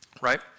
Right